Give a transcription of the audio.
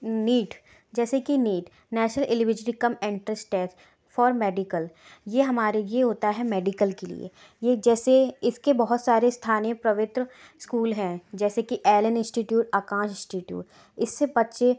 NEET जैसे कि NEET national eligibility cum entrance test for medical ये हमारे ये होता है मेडिकल के लिए ये जैसे इसके बहुत सारे स्थानीय प्रवित्र स्कूल हैं जैसे कि एलेन इंस्टीट्यूट आकाश इंस्टीट्यूट इससे बच्चे